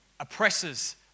oppresses